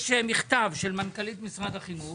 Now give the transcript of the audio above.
יש מכתב של מנכ"לית משרד החינוך